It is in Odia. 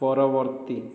ପରବର୍ତ୍ତୀ